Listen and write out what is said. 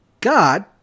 God